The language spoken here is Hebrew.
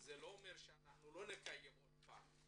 זה לא אומר שלא נקיים שוב דיון.